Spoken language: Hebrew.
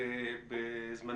המגזר הערבי או כל מגזר אחר,